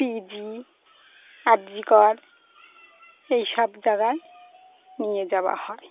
PG RG Kar এই সব জায়গায় নিয়ে যাওয়া হয়